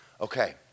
Okay